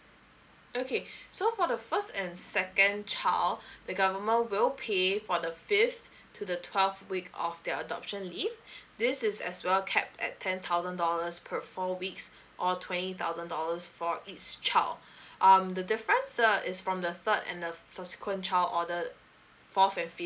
okay so for the first and second child the government will pay for the fifth to the twelve week of their adoption leave this is as well capped at ten thousand dollars per four weeks or twenty thousand dollars for each child um the difference uh is from the third and the subsequent child order fourth and fifth